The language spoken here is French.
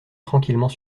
tranquillement